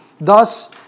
Thus